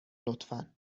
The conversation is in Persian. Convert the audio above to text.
لطفا